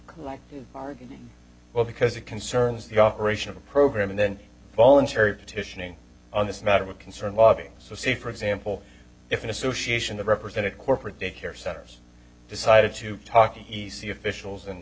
collective bargaining well because it concerns the operation of a program and then voluntary petitioning on this matter of concern lobby so say for example if an association that represented corporate daycare centers decided to talk to e c officials and